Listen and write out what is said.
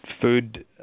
food